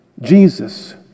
Jesus